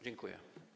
Dziękuję.